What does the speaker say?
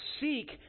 seek